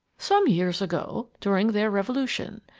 some years ago, during their revolution.